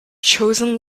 chosen